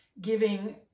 giving